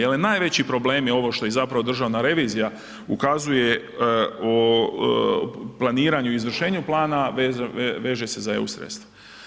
Jer i najveći problemi ovo što i zapravo državna revizija ukazuje u planiranju o izvršenju plana veže se za eu sredstva.